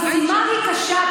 המשימה קשה.